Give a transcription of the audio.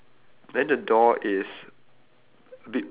okay don't have that so that counts as one then below that there's a book